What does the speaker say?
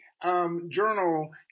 Journal